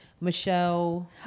Michelle